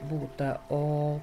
būta o